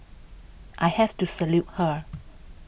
I have to salute her